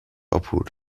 obhut